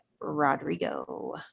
Rodrigo